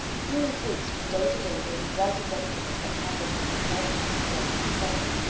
seeing capes from day to day made a bright eventfulness that hampered her in the course she had resolved to follow.